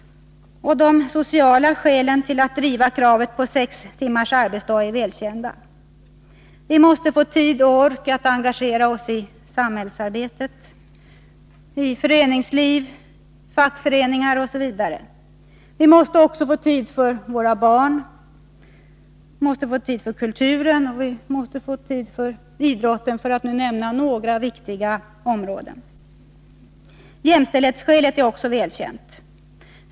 De sociala skälen till att driva kravet på sex timmars arbetsdag är välkända. Vi måste få tid och ork att engagera oss i samhällsarbetet, i föreningsliv, i fackföreningar osv. Vi måste också få tid för barnen, kulturen och idrotten — för att nu nämna några viktiga områden. Jämställdhetsskälet är också välkänt.